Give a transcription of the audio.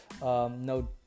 No